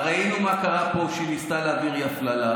הרי ראינו מה קרה פה כשהיא ניסתה להעביר אי-הפללה.